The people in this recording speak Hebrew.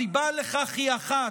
היא אחת,